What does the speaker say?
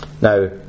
Now